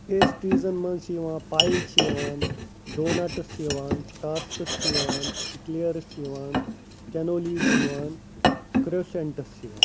پیسٹریٖزَن مَنٛز چھِ یِوان پایِز چھِ یِوان ڈونَٹٕس چھِ یِوان ٹارٹٕس چھِ یِوان اِکلیرٕس چھِ یِوان کٮ۪نولیٖز چھِ یِوان کروٚسٮ۪نٛٹٕس چھِ یِوان